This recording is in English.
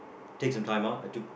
take some time out